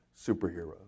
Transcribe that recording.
superheroes